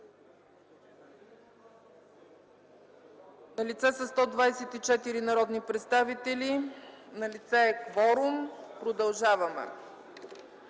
присъстват 124 народни представители. Налице е кворум, продължаваме.